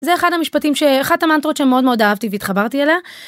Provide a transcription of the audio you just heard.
זה אחד המשפטים שאחת המנטרות שמאוד מאוד אהבתי והתחברתי אליה.